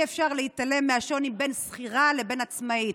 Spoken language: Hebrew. אי-אפשר להתעלם מהשוני בין שכירה לבין עצמאית.